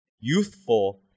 Youthful